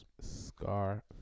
scar